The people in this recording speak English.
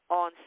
on